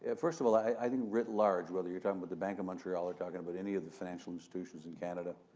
ah first of all, i think writ large, whether you're talking but the bank of montreal or you're talking about any of the financial institutions in canada,